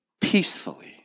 peacefully